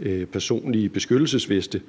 1.150 personlige beskyttelsesveste